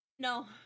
no